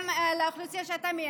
חבר הכנסת בוסו,